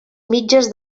mitges